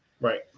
Right